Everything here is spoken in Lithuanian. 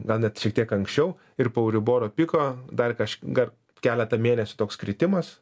gal net šiek tiek anksčiau ir po euriboro piko dar kaž gar keletą mėnesių toks kritimas